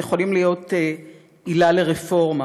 הם יכולים עילה לרפורמה.